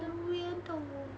很无言的我